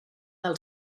del